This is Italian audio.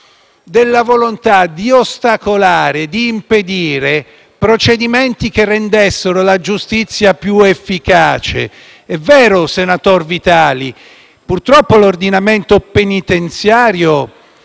della volontà di ostacolare ed impedire procedimenti che rendessero la giustizia più efficace. È vero, senatore Vitali, purtroppo l'ordinamento penitenziario